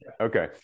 Okay